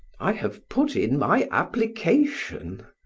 i have put in my application!